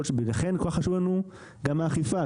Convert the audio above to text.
לכן כל כך חשוב לנו גם נושא האכיפה.